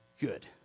good